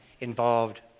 involved